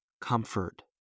comfort